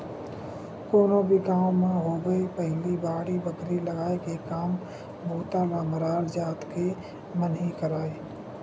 कोनो भी गाँव म होवय पहिली बाड़ी बखरी लगाय के काम बूता ल मरार जात के मन ही करय